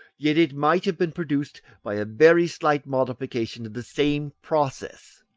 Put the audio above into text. yet it might have been produced by a very slight modification of the same process.